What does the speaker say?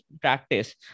practice